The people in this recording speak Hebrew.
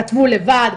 כתבו לבד.